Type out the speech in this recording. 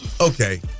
okay